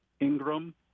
Ingram